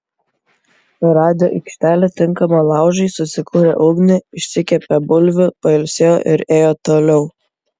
radę aikštelę tinkamą laužui susikūrė ugnį išsikepė bulvių pailsėjo ir ėjo toliau